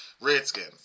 Redskins